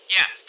Yes